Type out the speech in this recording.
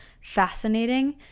fascinating